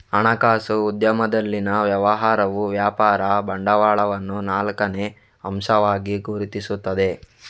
ಹಣಕಾಸು ಉದ್ಯಮದಲ್ಲಿನ ವ್ಯವಹಾರವು ವ್ಯಾಪಾರ ಬಂಡವಾಳವನ್ನು ನಾಲ್ಕನೇ ಅಂಶವಾಗಿ ಗುರುತಿಸುತ್ತದೆ